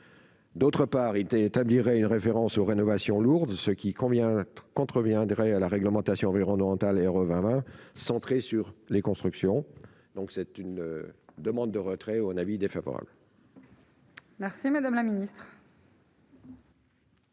d'autre part été établirait une référence aux rénovations lourdes, ce qui convient contreviendrait à la réglementation environnementale et romarin centrée sur les constructions, donc c'est une demande de retrait ou un avis défavorable. Merci madame la ministre.